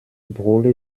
brule